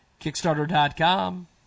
Kickstarter.com